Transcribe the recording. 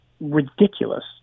ridiculous